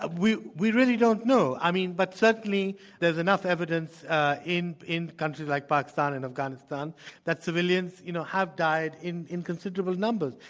ah we we really don't know. i mean, but certainly there's enough evidence in in countries like pakistan and afghanistan that civilians you know have died in in considerable numbers.